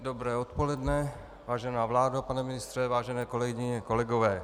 Dobré odpoledne, vážená vládo, pane ministře, vážené kolegyně, kolegové.